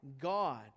God